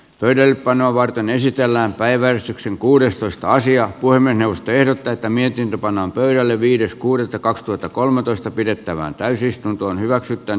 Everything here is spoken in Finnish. töiden panoa varten esitellään päiväystyksen kuudestoista asiaa voimme tehdä tätä mietintö pannaan pöydälle viides kuudetta kaksituhattakolmetoista pidettävään täysistuntoon hyväksytään